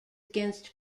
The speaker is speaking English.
against